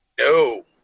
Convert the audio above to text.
No